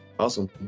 Awesome